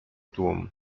tłum